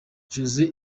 jose